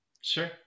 Sure